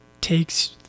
takes